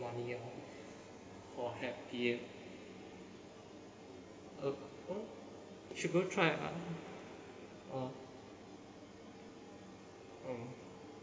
money ah oh happy should go try uh mm